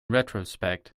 retrospect